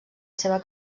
seva